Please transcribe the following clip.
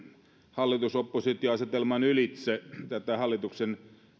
hallitus oppositio asetelman ylitse tätä hallituksen